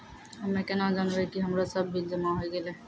हम्मे केना जानबै कि हमरो सब बिल जमा होय गैलै?